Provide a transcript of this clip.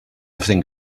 think